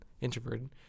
introverted